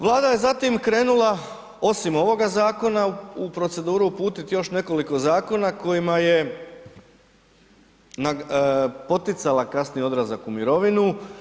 Vlada je zatim krenula osim ovoga zakona u proceduru uputiti još nekoliko zakona kojima je poticala kasniji odlazak u mirovinu.